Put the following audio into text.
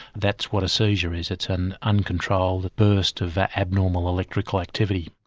that's what a seizure is, it's an uncontrolled burst of abnormal electric ah activity.